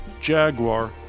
Jaguar